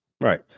Right